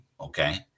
okay